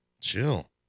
Chill